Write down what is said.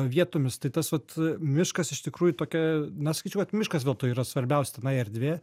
vietomis tai tas vat miškas iš tikrųjų tokia na sakyčiau kad miškas vis dėlto yra svarbiausia tenai erdvė